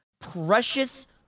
precious